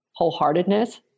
wholeheartedness